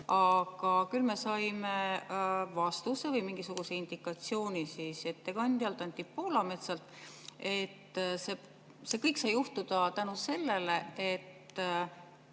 Aga me saime vastuse või mingisuguse indikatsiooni ettekandjalt Anti Poolametsalt, et see kõik sai juhtuda tänu sellele, et